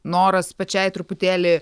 noras pačiai truputėlį